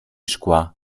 szkła